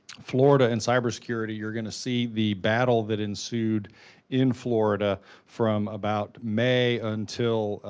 florida and cybersecurity, you're going to see the battle that ensued in florida from about may until,